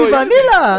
Vanilla